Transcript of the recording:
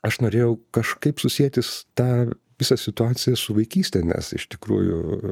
aš norėjau kažkaip susietis tą visą situaciją su vaikyste nes iš tikrųjų